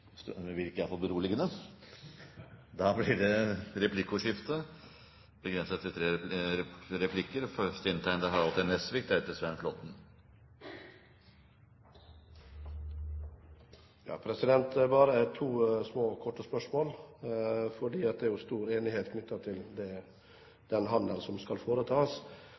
virke beroligende. Det blir replikkordskifte. Bare to korte spørsmål, for det er stor enighet om den handelen som skal foretas.